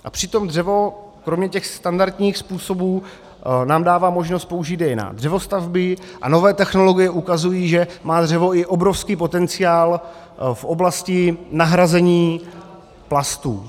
A přitom dřevo kromě těch standardních způsobů nám dává možnost použít je i na dřevostavby a nové technologie ukazují, že má dřevo i obrovský potenciál v oblasti nahrazení plastů.